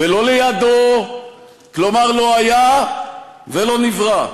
ולא לידו, כלומר, לא היה ולא נברא.